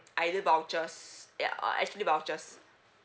either vouchers ya uh actually vouchers